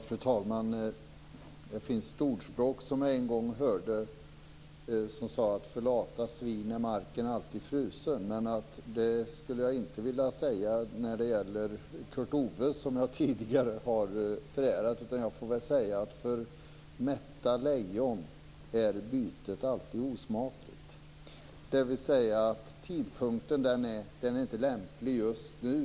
Fru talman! Det finns ett ordspråk jag en gång hörde och som löd: För lata svin är marken alltid frusen. Men det skulle jag inte vilja säga när det gäller Kurt Ove Johansson som jag tidigare har förärat. Jag får väl i stället säga: För mätta lejon är bytet alltid osmakligt. Med detta menas att tidpunkten inte är lämplig just nu.